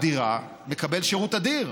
מקבל שירות אדיר.